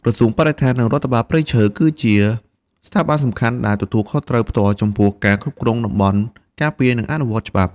ក្រសួងបរិស្ថាន និងរដ្ឋបាលព្រៃឈើ គឺជាស្ថាប័នសំខាន់ដែលទទួលខុសត្រូវផ្ទាល់ចំពោះការគ្រប់គ្រងតំបន់ការពារ និងអនុវត្តច្បាប់។